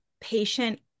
patient